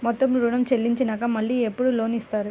మొత్తం ఋణం చెల్లించినాక మళ్ళీ ఎప్పుడు లోన్ ఇస్తారు?